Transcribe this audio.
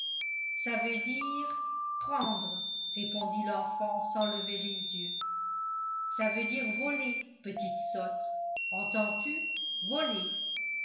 ça veut dire prendre répondit l'enfant sans lever les yeux ça veut dire voler petite sotte entends-tu voler